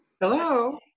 Hello